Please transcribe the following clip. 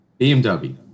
BMW